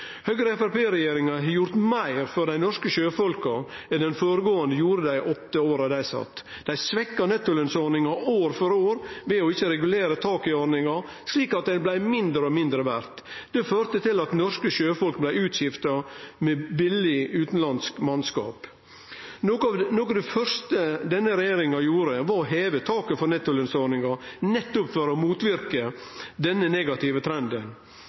Høgre–Framstegsparti-regjeringa har gjort meir for dei norske sjøfolka enn den føregåande gjorde dei åtte åra dei sat. Dei svekte nettolønsordninga år for år ved ikkje å regulere taket i ordninga, slik at ho blei mindre og mindre verd. Det førte til at norske sjøfolk blei skifta ut med billig utanlandsk mannskap. Noko av det første denne regjeringa gjorde, var å heve taket for nettolønsordninga, nettopp for å motverke denne negative trenden.